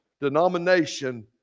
denomination